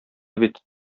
бит